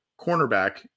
cornerback